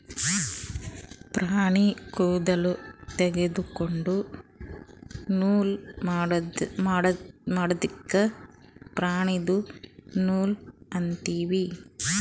ಪ್ರಾಣಿ ಕೂದಲ ತೊಗೊಂಡು ನೂಲ್ ಮಾಡದ್ಕ್ ಪ್ರಾಣಿದು ನೂಲ್ ಅಂತೀವಿ